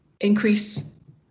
increase